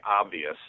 obvious